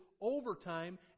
overtime